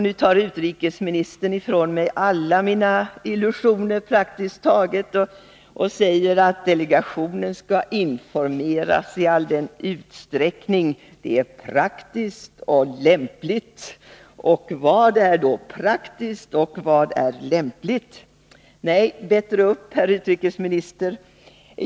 Nu tar utrikesministern ifrån mig praktiskt taget alla mina illusioner och säger att delegationen skall informeras i all den utsträckning det är praktiskt och lämpligt. Vad är då praktiskt och vad är lämpligt? Nej, bättre upp, herr utrikesminister!